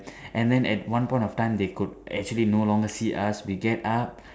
and then at one point of time they could actually no longer see us we get up